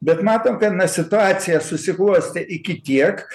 bet matom kad na situacija susiklostė iki tiek